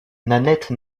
nanette